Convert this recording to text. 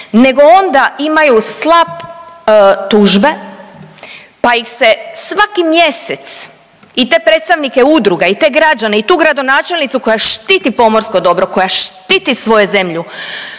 nego onda imaju SLAPP tužbe pa ih se svaki mjesec i te predstavnike udruga i te građane i tu gradonačelnicu koja štiti pomorsko dobro, koja štiti svoju zemlju,